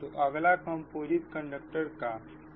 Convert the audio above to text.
तो अगला composite conductor का इंडक्टेंस है